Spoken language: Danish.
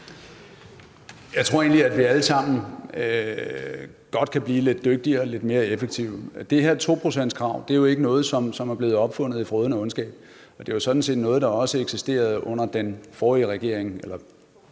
Jeg tror egentlig, at vi alle sammen godt kan blive lidt dygtigere og lidt mere effektive. Det her 2-procentskrav er jo ikke noget, som er blevet opfundet i frådende ondskab, og det var sådan set noget, der også eksisterede under den forrige regering